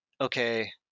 okay